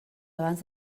abans